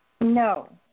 No